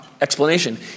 explanation